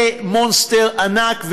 זה מונסטר ענק,